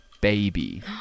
baby